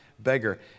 beggar